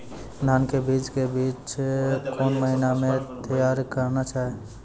धान के बीज के बीच कौन महीना मैं तैयार करना जाए?